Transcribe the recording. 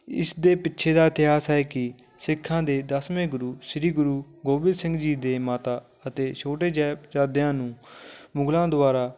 ਇਸ ਦੇ ਪਿੱਛੇ ਦਾ ਇਤਿਹਾਸ ਹੈ ਕਿ ਸਿੱਖਾਂ ਦੇ ਦਸਵੇਂ ਗੁਰੂ ਸ਼੍ਰੀ ਗੁਰੂ ਗੋਬਿੰਦ ਸਿੰਘ ਜੀ ਦੇ ਮਾਤਾ ਅਤੇ ਛੋਟੇ ਸਾਹਿਬਜ਼ਾਦਿਆਂ ਨੂੰ ਮੁਗਲਾਂ ਦੁਆਰਾ